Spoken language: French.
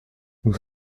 nous